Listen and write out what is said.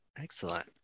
Excellent